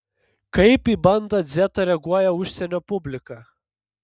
kaip į bandą dzetą reaguoja užsienio publika